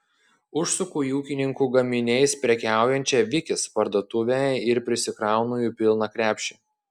užsuku į ūkininkų gaminiais prekiaujančią vikis parduotuvę ir prisikraunu jų pilną krepšį